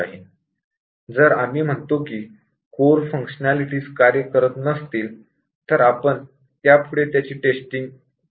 जर काही core functionalities कार्य करत नसतील तर आपण त्यापुढे टेस्टिंग करत नाही